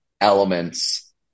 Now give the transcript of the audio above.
elements